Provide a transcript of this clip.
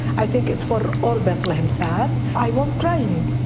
i think it's for all bethlehem sad. i was crying